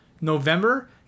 November